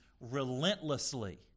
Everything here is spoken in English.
relentlessly